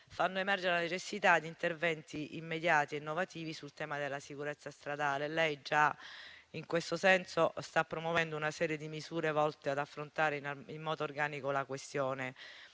fanno emergere la necessità di interventi immediati e innovativi sul tema della sicurezza stradale. Lei già in questo senso sta promuovendo una serie di misure volte ad affrontare in modo organico la questione.